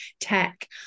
tech